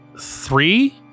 three